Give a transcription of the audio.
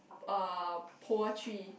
uh poetry